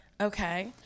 Okay